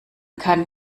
kann